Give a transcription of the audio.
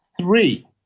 Three